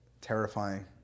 terrifying